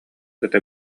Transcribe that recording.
кытта